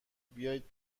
بیایید